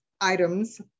items